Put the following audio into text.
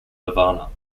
havana